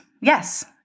Yes